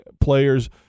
players